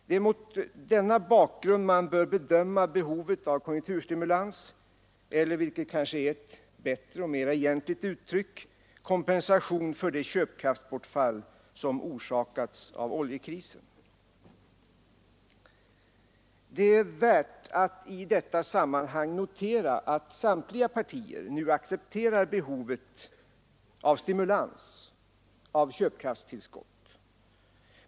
Det är mot denna bakgrund man bör bedöma behovet av konjunkturstimulans eller — vilket kanske är ett bättre och mera egentligt uttryck — kompensation för det köpkraftsbortfall som orsakats av oljekrisen. Det är värt att i detta sammanhang notera att samtliga partier nu accepterar behovet av stimulans, av köpkraftstillskott.